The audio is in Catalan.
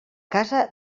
casa